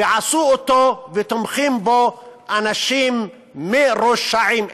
ועשו אותו ותומכים בו אנשים מרושעים,